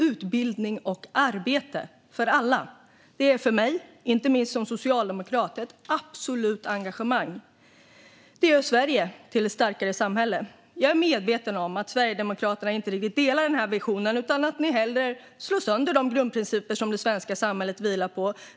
Utbildning och arbete för alla är för mig inte minst som socialdemokrat ett absolut engagemang. Det gör Sverige till ett starkare samhälle. Jag är medveten om att Sverigedemokraterna inte riktigt delar den visionen, utan ni slår hellre sönder de grundprinciper som det svenska samhället vilar på.